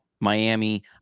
Miami